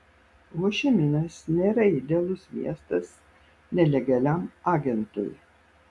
hošiminas nėra idealus miestas nelegaliam agentui